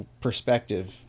perspective